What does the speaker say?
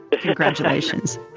congratulations